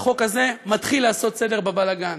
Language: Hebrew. והחוק הזה מתחיל לעשות סדר בבלגן.